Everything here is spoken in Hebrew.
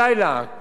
כל הלילה משתטחים,